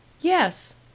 Yes